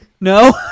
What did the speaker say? No